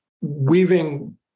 Weaving